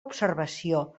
observació